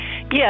Yes